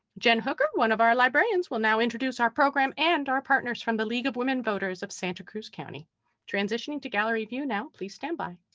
jen hooker one of our librarians will now introduce our program and our partners from the league of women voters of santa cruz county transitioning to gallery view now. please stand by.